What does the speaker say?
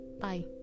Bye